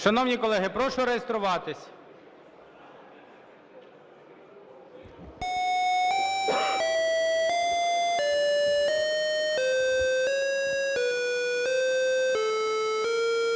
Шановні колеги, прошу реєструватися.